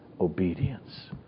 obedience